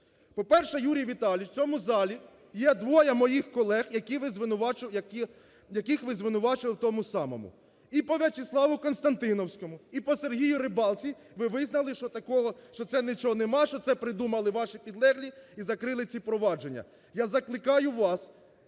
По-перше, Юрій Віталійович, в цьому залі є двоє моїх колег, які ви звинувачували.... яких ви звинувачували в тому самому. І по В'ячеславу Константіновському, і по Сергію Рибалці ви визнали, що такого, що це нічого нема, що це придумали ваші підлеглі і закрили ці провадження. Я закликаю вас